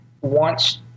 wants